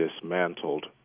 dismantled